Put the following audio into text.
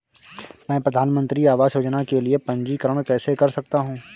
मैं प्रधानमंत्री आवास योजना के लिए पंजीकरण कैसे कर सकता हूं?